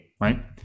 right